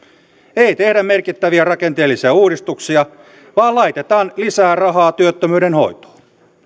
ei tehdä merkittäviä rakenteellisia uudistuksia vaan laitetaan lisää rahaa työttömyyden hoitoon